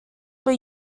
were